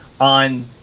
on